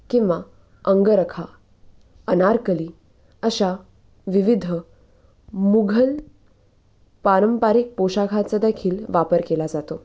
किंवा अंगरखा अनारकली अशा विविध मुघल पारंपरिक पोशाखाचा देखील वापर केला जातो